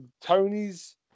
Tony's